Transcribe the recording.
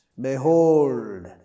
Behold